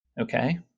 Okay